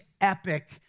epic